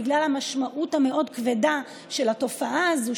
בגלל המשמעות המאוד-כבדה של התופעה הזאת,